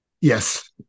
Yes